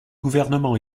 gouvernement